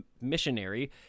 missionary